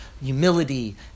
humility